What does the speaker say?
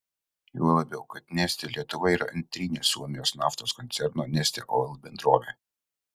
juo labiau kad neste lietuva yra antrinė suomijos naftos koncerno neste oil bendrovė